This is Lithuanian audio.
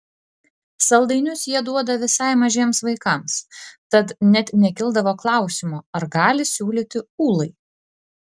saldainius jie duoda visai mažiems vaikams tad net nekildavo klausimo ar gali siūlyti ūlai